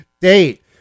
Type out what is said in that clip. date